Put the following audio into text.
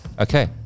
Okay